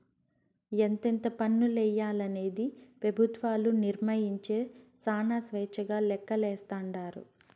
ఎంతెంత పన్నులెయ్యాలనేది పెబుత్వాలు నిర్మయించే శానా స్వేచ్చగా లెక్కలేస్తాండారు